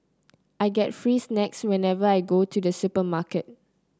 I get free snacks whenever I go to the supermarket